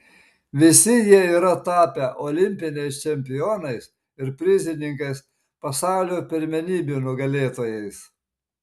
visi jie yra tapę olimpiniais čempionais ir prizininkais pasaulio pirmenybių nugalėtojais